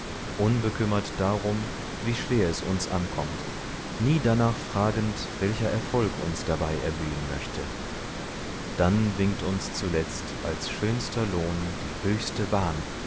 unbekümmert darum wie schwer es uns ankommt nie darnach fragend welcher erfolg uns dabei erblühen möchte dann winkt uns zuletzt als schönster lohn die höchste bahn